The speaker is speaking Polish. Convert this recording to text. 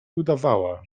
udawała